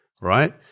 right